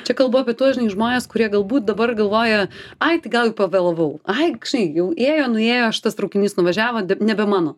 čia kalbu apie tuos žinai žmonės kurie galbūt dabar galvoja ai tai gal jau pavėlavau ai žinai ėjo nuėjo aš tas traukinys nuvažiavo nebe mano